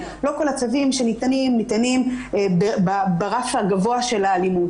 לא כל הצווים שניתנים ניתנים ברף הגבוה של האלימות.